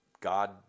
God